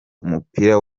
umupira